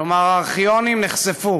כלומר, הארכיונים נחשפו,